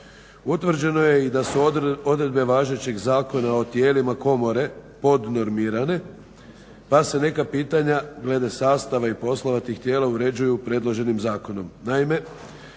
Utvrđeno je i da su odredbe važećeg zakona o tijelima komore podnormirane pa se neka pitanja glede sastava i poslova tih tijela uređuju predloženim zakonom.